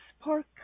spark